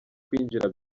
kwinjira